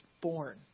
born